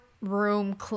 room